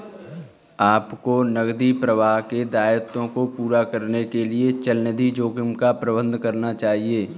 आपको नकदी प्रवाह के दायित्वों को पूरा करने के लिए चलनिधि जोखिम का प्रबंधन करना चाहिए